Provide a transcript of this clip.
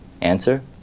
Answer